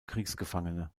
kriegsgefangene